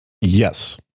yes